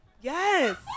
Yes